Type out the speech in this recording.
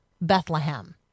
Bethlehem